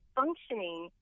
functioning